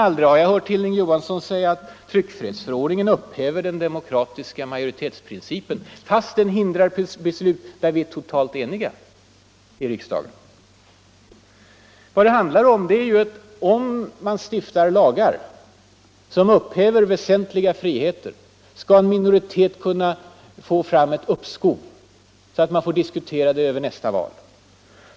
Aldrig har jag hört Hilding Johansson säga att tryckfrihetsförordningen upphäver ”den demokratiska majoritetsprincipen”, trots att den hindrar beslut där vi är totalt eniga i riksdagen. Vad det handlar om är, att om man stiftar lagar som upphäver väsentliga friheter, skall en minoritet kunna få fram ett uppskov, så att man får diskutera saken över nästa val.